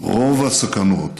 רוב הסכנות,